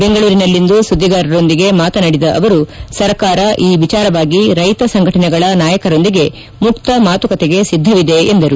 ಬೆಂಗಳೂರಿನಲ್ಲಿಂದು ಸುದ್ದಿಗಾರರೊಂದಿಗೆ ಮಾತನಾಡಿದ ಅವರು ಸರ್ಕಾರ ಈ ವಿಚಾರವಾಗಿ ರೈತ ಸಂಘಟನೆಗಳ ನಾಯಕರೊಂದಿಗೆ ಮುಕ್ತ ಮಾತುಕತೆಗೆ ಸಿದ್ಧವಿದೆ ಎಂದರು